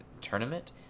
tournament